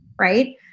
right